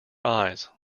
eyes